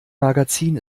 magazin